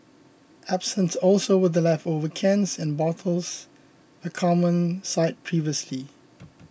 absent also were the leftover cans and bottles a common sight previously